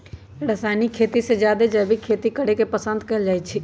रासायनिक खेती से जादे जैविक खेती करे के पसंद कएल जाई छई